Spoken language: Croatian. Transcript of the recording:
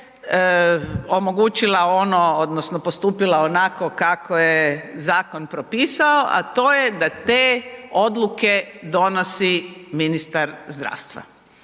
omogućila ono odnosno postupila onako kako je zakon propisao, a to je da te odluke donosi ministar zdravstva.